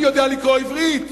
אני יודע לקרוא עברית: